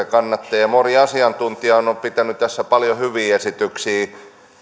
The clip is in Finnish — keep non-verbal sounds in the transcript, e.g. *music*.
*unintelligible* kannattajia tälle esitykselle moni asiantuntijahan on pitänyt tästä paljon hyviä esityksiä